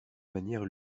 manière